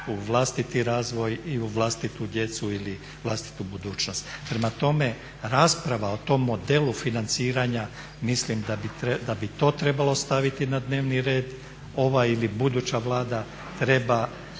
u vlastiti razvoj i u vlastitu djecu ili vlastitu budućnost. Prema tome, rasprava o tom modelu financiranja mislim da bi to trebalo staviti na dnevni red. Ova ili buduća Vlada treba